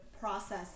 process